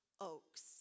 oaks